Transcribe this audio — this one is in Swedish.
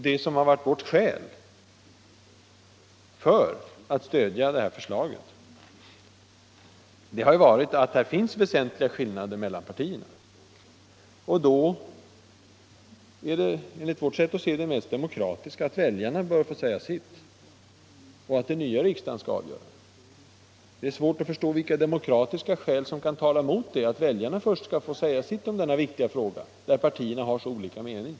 Ett annat av våra skäl för att stödja det här förslaget har varit att det finns väsentliga skillnader mellan partierna. Då är, enligt vårt sätt att se, det mest demokratiska att väljarna får säga sitt, och att den nya riksdagen skall avgöra. Det är svårt att förstå vilka demokratiska skäl som kan tala emot att väljarna först skall få säga sitt innan riksdagen beslutar om denna viktiga fråga, där partierna har så olika mening.